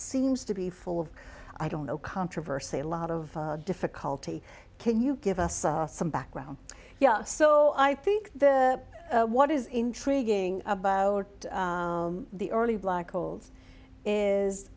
seems to be full of i don't know controversy a lot of difficulty can you give us some background yeah so i think what is intriguing about the early black holes is